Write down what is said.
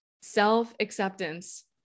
self-acceptance